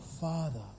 Father